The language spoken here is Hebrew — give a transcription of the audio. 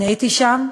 אני הייתי שם,